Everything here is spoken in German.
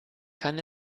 kann